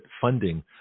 funding